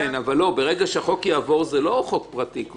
אבל ברגע שהחוק יעבור זה לא חוק פרטי.